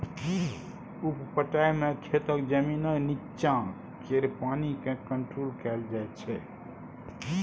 उप पटाइ मे खेतक जमीनक नीच्चाँ केर पानि केँ कंट्रोल कएल जाइत छै